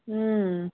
हूं